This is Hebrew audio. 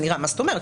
מה זאת אומרת,